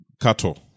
cattle